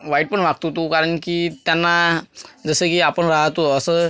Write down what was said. वाईट पण वागतो तो कारण की त्यांना जसं की आपण राहतो असं